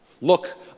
Look